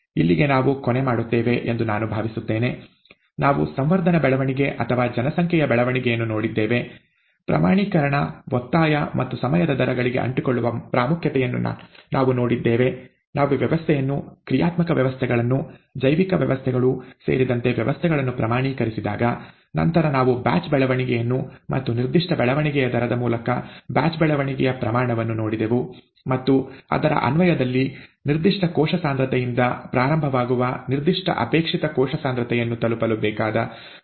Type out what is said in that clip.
ಇಲ್ಲಿಗೆ ನಾವು ಕೊನೆ ಮಾಡುತ್ತೇವೆ ಎಂದು ನಾನು ಭಾವಿಸುತ್ತೇನೆ ನಾವು ಸಂವರ್ಧನ ಬೆಳವಣಿಗೆ ಅಥವಾ ಜನಸಂಖ್ಯೆಯ ಬೆಳವಣಿಗೆಯನ್ನು ನೋಡಿದ್ದೇವೆ ಪ್ರಮಾಣೀಕರಣ ಒತ್ತಾಯ ಮತ್ತು ಸಮಯದ ದರಗಳಿಗೆ ಅಂಟಿಕೊಳ್ಳುವ ಪ್ರಾಮುಖ್ಯತೆಯನ್ನು ನಾವು ನೋಡಿದ್ದೇವೆ ನಾವು ವ್ಯವಸ್ಥೆಗಳನ್ನು ಕ್ರಿಯಾತ್ಮಕ ವ್ಯವಸ್ಥೆಗಳನ್ನು ಜೈವಿಕ ವ್ಯವಸ್ಥೆಗಳೂ ಸೇರಿದಂತೆ ವ್ಯವಸ್ಥೆಗಳನ್ನು ಪ್ರಮಾಣೀಕರಿಸಿದಾಗ ನಂತರ ನಾವು ಬ್ಯಾಚ್ ಬೆಳವಣಿಗೆಯನ್ನು ಮತ್ತು ನಿರ್ದಿಷ್ಟ ಬೆಳವಣಿಗೆಯ ದರದ ಮೂಲಕ ಬ್ಯಾಚ್ ಬೆಳವಣಿಗೆಯ ಪ್ರಮಾಣವನ್ನು ನೋಡಿದೆವು ಮತ್ತು ಅದರ ಅನ್ವಯದಲ್ಲಿ ನಿರ್ದಿಷ್ಟ ಕೋಶ ಸಾಂದ್ರತೆಯಿಂದ ಪ್ರಾರಂಭವಾಗುವ ನಿರ್ದಿಷ್ಟ ಅಪೇಕ್ಷಿತ ಕೋಶ ಸಾಂದ್ರತೆಯನ್ನು ತಲುಪಲು ಬೇಕಾದ ಸಮಯವನ್ನು ಕಂಡುಹಿಡಿಯುವುದನ್ನು ನೋಡಿದೆವು